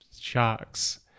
sharks